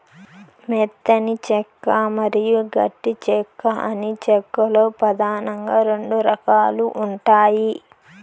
మెత్తని చెక్క మరియు గట్టి చెక్క అని చెక్క లో పదానంగా రెండు రకాలు ఉంటాయి